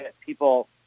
people